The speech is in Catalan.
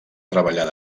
treballar